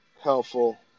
helpful